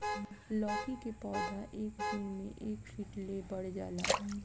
लैकी के पौधा एक दिन मे एक फिट ले बढ़ जाला